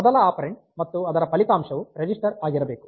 ಮೊದಲ ಆಪೆರಾನ್ಡ್ ಮತ್ತು ಅದರ ಫಲಿತಾಂಶವು ರಿಜಿಸ್ಟರ್ ಆಗಿರಬೇಕು